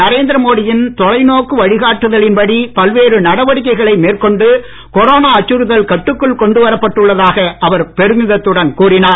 நரேந்திர மோடியின் தொலைநோக்கு வழிகாட்டுதலின்படி பல்வேறு நடவடிக்கைகளை மேற்கொண்டு கொரோனா அச்சுறுத்தல் கட்டுக்குள் கொண்டு வரப்பட்டு உள்ளதாக அவர் பெருமிதத்துடன் கூறினார்